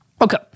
Okay